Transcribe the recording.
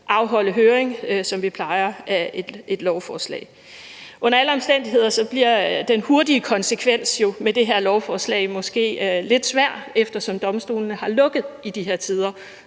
afholde høring, som vi plejer ved et lovforslag. Under alle omstændigheder bliver den hurtige konsekvens af det her lovforslag jo måske lidt svær, eftersom domstolene har lukket i de her tider.